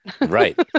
Right